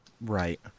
Right